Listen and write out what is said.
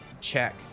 check